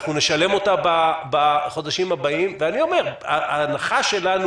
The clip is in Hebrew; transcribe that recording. אנחנו נשלם אותה בחודשים הבאים ואני אומר: ההנחה שלנו